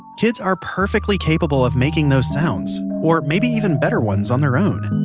kids are perfectly capable of making those sounds, or maybe even better ones, on their own.